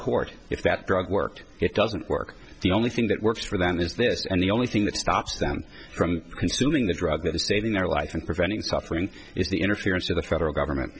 court if that drug worked it doesn't work the only thing that works for them is this and the only thing that stops them from consuming the drug that is saving their lives and preventing suffering is the interference of the federal government